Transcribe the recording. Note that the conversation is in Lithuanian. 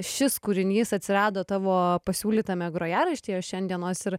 šis kūrinys atsirado tavo pasiūlytame grojaraštyje šiandienos ir